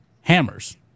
Hammers